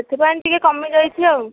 ସେଥିପାଇଁ ଟିକେ କମିଯାଇଛି ଆଉ